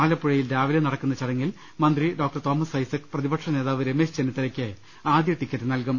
ആലപ്പുഴയിൽ രാവിലെ നട ക്കുന്ന ചടങ്ങിൽ മന്ത്രി ഡോക്ടർ തോമസ് ഐസക് പ്രതിപക്ഷ നേതാവ് രമേശ് ചെന്നിത്തലയ്ക്ക് ആദ്യ ടിക്കറ്റ് നൽകും